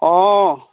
অঁ